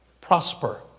prosper